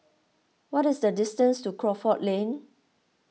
what is the distance to Crawford Lane